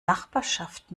nachbarschaft